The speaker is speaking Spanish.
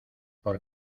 por